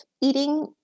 eating